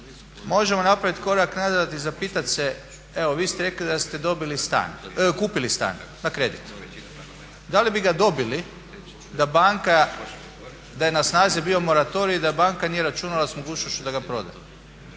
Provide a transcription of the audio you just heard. možemo napraviti korak nazad i zapitati se, evo vi ste rekli da ste dobili stan, kupili stan na kredit. Da li bi ga dobili da banka, da je na snazi bio moratorij i da banka nije računala sa mogućnošću da ga proda.